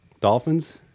Dolphins